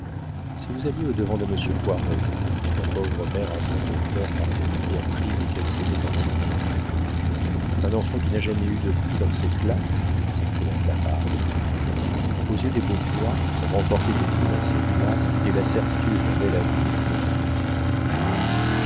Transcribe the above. si vous alliez au-devant de monsieur poiret dit la pauvre mère atteinte au cœur par cette diatribe qu'elle s'était attirée un enfant qui n'a jamais eu de prix dans ses classes s'écria clapart aux yeux des bourgeois remporter des prix dans ses classes est la certitude d'un bel avenir pour un enfant